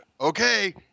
okay